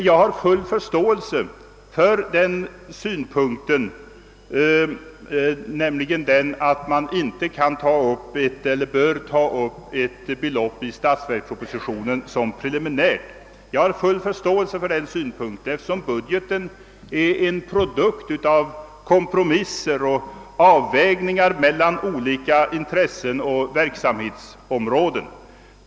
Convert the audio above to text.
Jag har full förståelse för synpunkten att man inte bör ta upp ett belopp i statsverkspropositionen såsom preliminärt, eftersom budgeten är en produkt av kompromisser och avvägningar mellan olika intressen och verksamhetsområden.